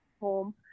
home